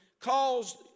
caused